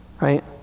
Right